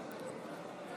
כבוד יושב-ראש